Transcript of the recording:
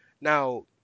Now